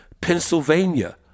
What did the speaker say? Pennsylvania